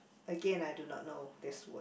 Again I do not know this word